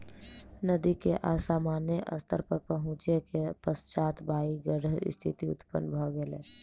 नदी के असामान्य स्तर पर पहुँचै के पश्चात बाइढ़क स्थिति उत्पन्न भ गेल